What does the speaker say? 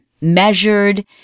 measured